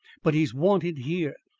but he's wanted here,